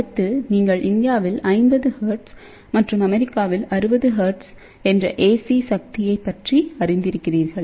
அடுத்து நீங்கள்இந்தியாவில் 50 ஹெர்ட்ஸ் மற்றும் அமெரிக்காவில் 60 ஹெர்ட்ஸ் என்ற ஏசி சக்தியை பற்றி அறிந்திருக்கிறீர்கள்